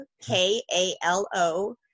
K-A-L-O